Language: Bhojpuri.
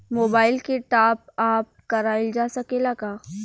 मोबाइल के टाप आप कराइल जा सकेला का?